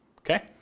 Okay